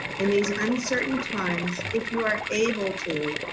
in these uncertain times, if you are able to,